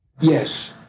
yes